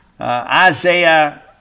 Isaiah